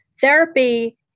Therapy